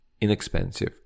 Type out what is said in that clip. inexpensive